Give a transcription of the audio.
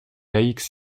laïques